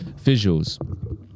visuals